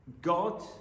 god